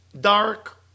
dark